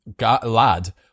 lad